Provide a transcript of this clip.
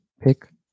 pick